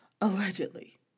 Allegedly